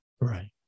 right